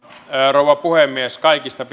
rouva puhemies kaikista